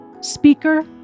speaker